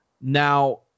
Now